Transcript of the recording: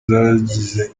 zagize